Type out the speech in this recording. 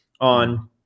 on